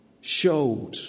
showed